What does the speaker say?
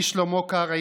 אני, שלמה קרעי,